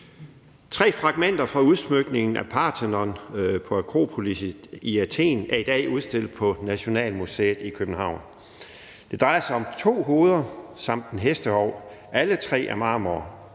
Tre fragmenter fra udsmykningen af Parthenon på Akropolis i Athen er i dag udstillet på Nationalmuseet i København. Det drejer sig om to hoveder samt en hestehov, alle tre af marmor,